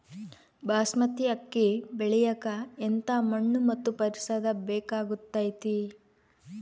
ಬಾಸ್ಮತಿ ಅಕ್ಕಿ ಬೆಳಿಯಕ ಎಂಥ ಮಣ್ಣು ಮತ್ತು ಪರಿಸರದ ಬೇಕಾಗುತೈತೆ?